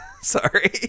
Sorry